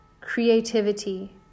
creativity